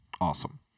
Awesome